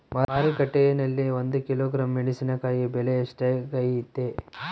ಮಾರುಕಟ್ಟೆನಲ್ಲಿ ಒಂದು ಕಿಲೋಗ್ರಾಂ ಮೆಣಸಿನಕಾಯಿ ಬೆಲೆ ಎಷ್ಟಾಗೈತೆ?